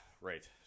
right